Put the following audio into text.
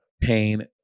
pain